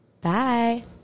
bye